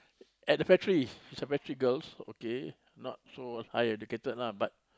at the factory she's a factory girls okay not so high educated lah but